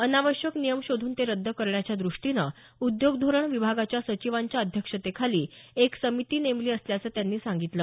अनावश्यक नियम शोधून ते रद्द करण्याच्या दृष्टीनं उद्योग धोरण विभागाच्या सविचांच्या अध्यक्षतेखाली एक समिती नेमली असल्याचं त्यांनी सांगितलं